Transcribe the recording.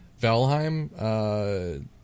Valheim